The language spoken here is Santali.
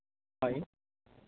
ᱦᱳᱭ